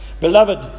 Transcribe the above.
Beloved